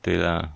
对啦